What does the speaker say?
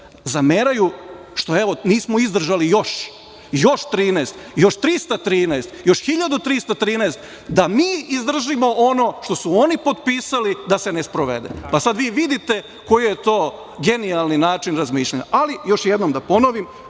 zameraju što, evo, nismo izdržali još, još 13, još 313, još 1313, da mi izdržimo ono što su oni potpisali da se ne sprovede. Pa sad vi vidite koji je to genijalni način razmišljanja. Još jednom da ponovim,